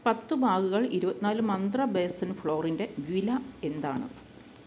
പത്ത് ബാഗുകൾ ഇരുപത്തി നാല് മന്ത്ര ബേസൻ ഫ്ലോറിന്റെ വില എന്താണ്